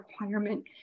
requirement